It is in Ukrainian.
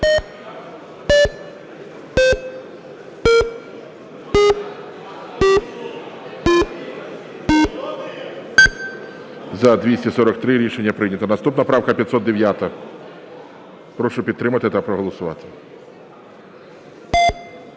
За-243 Рішення прийнято. Наступна правка 509. Прошу підтримати та проголосувати.